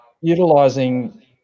utilizing